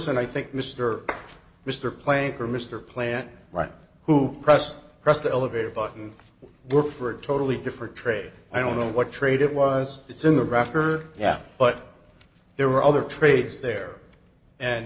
n i think mr mr plank or mr plant right who pressed pressed the elevator button work for a totally different trade i don't know what trade it was it's in the record yeah but there were other trades there and